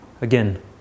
Again